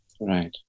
Right